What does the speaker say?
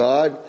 God